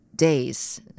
days